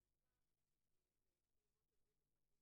מה